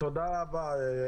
תודה רבה.